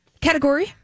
category